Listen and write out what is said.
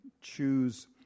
choose